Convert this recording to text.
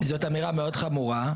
זאת אמירה מאוד חמורה.